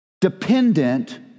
dependent